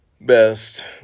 best